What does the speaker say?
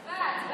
הצבעה.